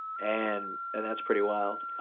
and and that's pretty wild.